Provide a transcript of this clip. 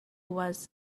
was